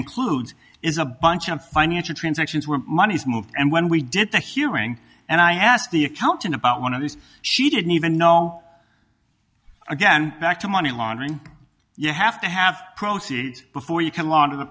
includes is a bunch of financial transactions where money is moved and when we did the hearing and i asked the accountant about one of these she didn't even know again back to money laundering you have to have proceeded before you c